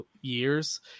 years